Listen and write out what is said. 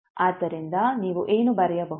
ಆದ್ದರಿಂದ ನೀವು ಏನು ಬರೆಯಬಹುದು